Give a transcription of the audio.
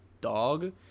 dog